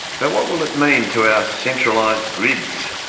but what will it mean to our centralised grids?